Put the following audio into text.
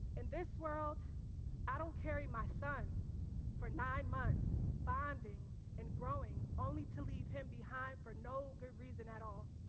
in this world i don't carry my son for nine months bonding and growing only to leave him behind for no good reason at all.